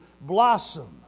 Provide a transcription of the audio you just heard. Blossom